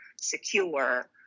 secure